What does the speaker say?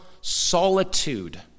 solitude